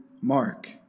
Mark